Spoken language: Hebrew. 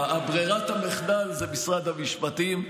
ברירת המחדל היא משרד המשפטים.